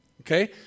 Okay